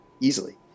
easily